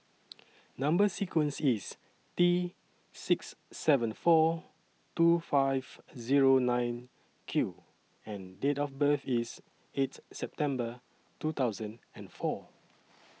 Number sequence IS T six seven four two five Zero nine Q and Date of birth IS eighth September two thousand and four